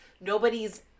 nobody's